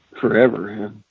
forever